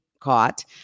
caught